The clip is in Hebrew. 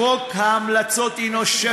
אמר שר הביטחון לשעבר: חוק ההמלצות הוא שפל